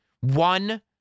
One